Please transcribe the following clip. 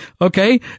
Okay